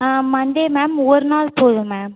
Monday ma'am ஒரு நாள் போதும் மேம்